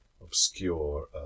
obscure